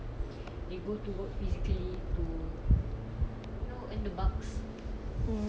hmm so like that nobody at home your nenek find more chance to keluar lah